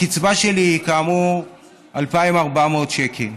הקצבה שלי היא כאמור 2,400 שקל.